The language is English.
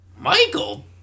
Michael